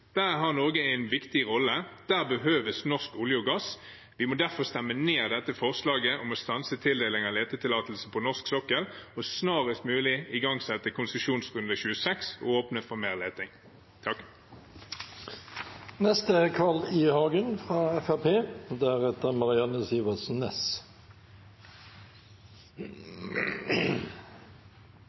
har Norge en viktig rolle, der behøves norsk olje og gass. Vi må derfor stemme ned dette forslaget om å stanse tildeling av letetillatelser på norsk sokkel og snarest mulig igangsette konsesjonsrunde 26 og åpne for